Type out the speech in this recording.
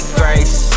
grace